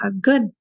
good